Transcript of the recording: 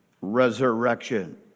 resurrection